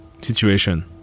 situation